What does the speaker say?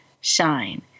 shine